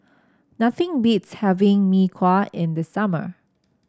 nothing beats having Mee Kuah in the summer